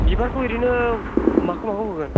बिबारखौ बिदिनो माखौ माखौ होगोन